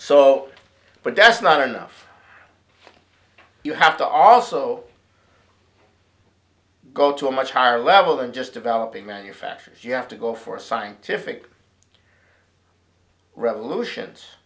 so but that's not enough you have to also go to a much higher level than just developing manufacturers you have to go for scientific revolutions